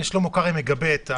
אם שלמה קרעי מגבה,